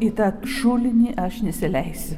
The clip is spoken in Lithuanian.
į tą šulinį aš nesileisiu